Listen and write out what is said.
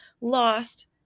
lost